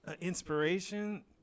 inspiration